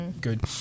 Good